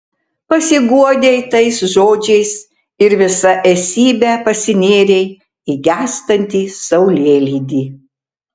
pasiguodei tais žodžiais ir visa esybe pasinėrei į gęstantį saulėlydį